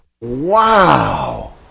Wow